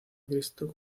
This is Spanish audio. cristo